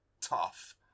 tough